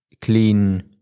clean